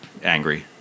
Angry